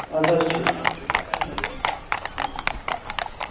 اَدٕ حظ ٹھیٖک چھُ